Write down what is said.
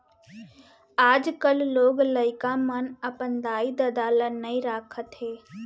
आजकाल लोग लइका मन अपन दाई ददा ल नइ राखत हें